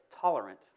tolerant